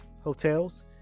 hotels